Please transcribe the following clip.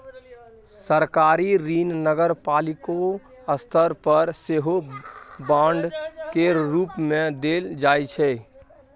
सरकारी ऋण नगरपालिको स्तर पर सेहो बांड केर रूप मे देल जाइ छै